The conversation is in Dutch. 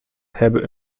hebben